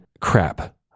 crap